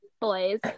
boys